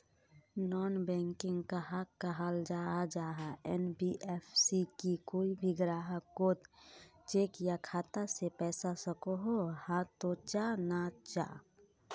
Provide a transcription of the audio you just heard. Non banking कहाक कहाल जाहा जाहा एन.बी.एफ.सी की कोई भी ग्राहक कोत चेक या खाता से पैसा सकोहो, हाँ तो चाँ ना चाँ?